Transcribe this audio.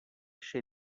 she